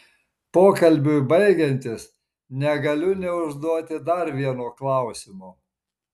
pokalbiui baigiantis negaliu neužduoti dar vieno klausimo